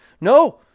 No